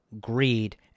greed